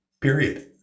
period